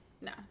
no